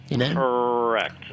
Correct